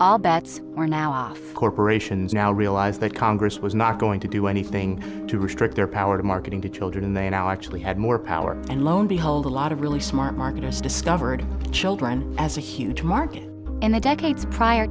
all bets are now off corporation now realize that congress was not going to do anything to restrict their power to marketing to children they now actually had more power and lo and behold a lot of really smart marketers discovered children as a huge market in the decades prior